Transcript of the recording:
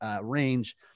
range